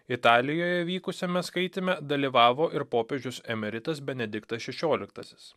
italijoje vykusiame skaityme dalyvavo ir popiežius emeritas benediktas šešioliktasis